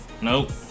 Nope